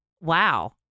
wow